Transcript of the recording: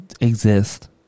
exist